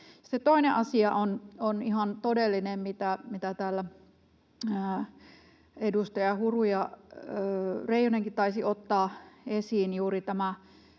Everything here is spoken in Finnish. toinen asia on ihan todellinen, mitä täällä edustaja Huru ja Reijonenkin taisivat ottaa esiin,